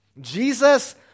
Jesus